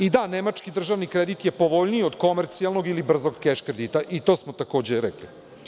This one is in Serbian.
I da, nemački državni kredit je povoljniji od komercijalnog ili brzog keš kredita, i to smo takođe rekli.